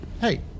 Hey